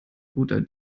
guter